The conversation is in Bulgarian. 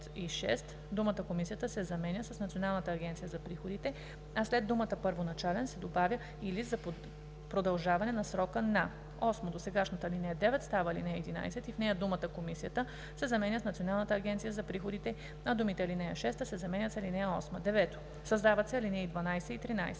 думата „Комисията“ се заменя с „Националната агенция за приходите“, а след думата „първоначален“ се добавя „или за продължаване на срока на“. 8. Досегашната ал. 9 става ал. 11 и в нея думата „Комисията“ се заменя с „Националната агенция за приходите“, а думите „ал. 6“ се заменят с „ал. 8“. 9. Създават се ал. 12 и 13: